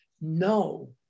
No